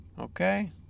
Okay